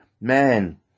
man